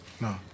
No